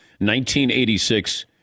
1986